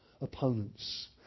opponents